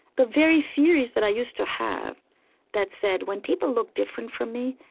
the very theories that i used to have that said, when people look different from me,